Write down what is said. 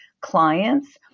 clients